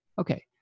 Okay